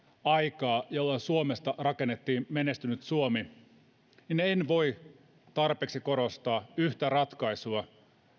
aikaa jolloin suomesta rakennettiin menestynyt suomi en voi tarpeeksi korostaa yhtä ratkaisua